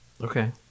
Okay